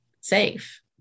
safe